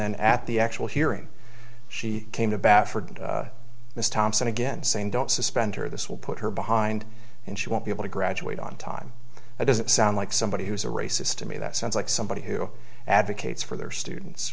then at the actual hearing she came to bat for miss thompson again saying don't suspend her this will put her behind and she won't be able to graduate on time it doesn't sound like somebody who's a racist to me that sounds like somebody who advocates for their students